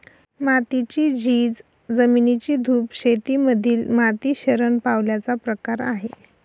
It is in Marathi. मातीची झीज, जमिनीची धूप शेती मधील माती शरण पावल्याचा प्रकार आहे